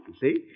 see